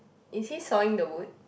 is he sawing the wood